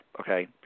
Okay